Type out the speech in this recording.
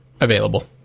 available